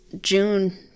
June